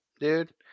dude